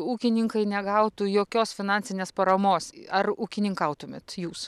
ūkininkai negautų jokios finansinės paramos ar ūkininkautumėt jūs